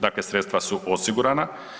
Dakle, sredstva su osigurana.